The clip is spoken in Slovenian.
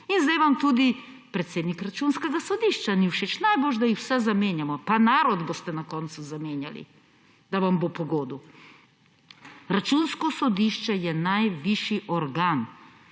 In zdaj vam tudi predsednik Računskega sodišča ni všeč. Najboljše, da jih vse zamenjamo. Pa narod boste na koncu zamenjali, da vam bo pogodu. Računsko sodišče je najvišji organ,